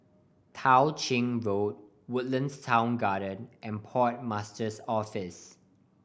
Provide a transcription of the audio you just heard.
Tao Ching Road Woodlands Town Garden and Port Master's Office